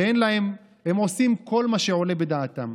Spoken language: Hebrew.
הם עושים כל מה שעולה בדעתם.